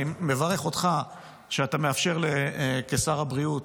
אני מברך אותך שאתה מאפשר כשר הבריאות,